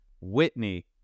Whitney